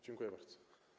Dziękuję bardzo.